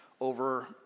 over